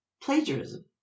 plagiarism